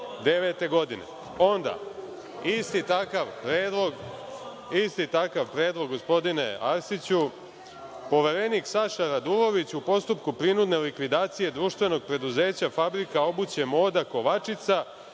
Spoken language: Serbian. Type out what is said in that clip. isti takav predlog, gospodine Arsiću, poverenik Saša Radulović u postupku prinudne likvidacije Društvenog preduzeća Fabrika obuće „Moda“ Kovačica,